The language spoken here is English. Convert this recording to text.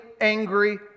angry